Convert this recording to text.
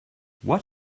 what